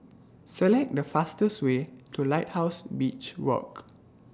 Select The fastest Way to Lighthouse Beach Walk